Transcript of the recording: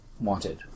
wanted